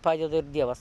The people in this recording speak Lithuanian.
padeda ir dievas